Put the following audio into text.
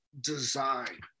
design